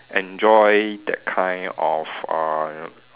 enjoy that kind of uh